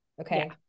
Okay